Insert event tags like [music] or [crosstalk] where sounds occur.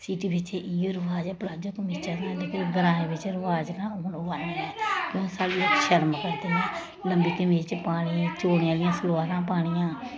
city बिच्च इ'यो रवाज ऐ प्लाजो कमीचां लाने [unintelligible] लेकिन ग्राएं बिच्च रवाज ना हून होआ दा हून साढ़े शरम करदे न लम्बी कमीज पानी चौने आह्लियां सलवारां पानियां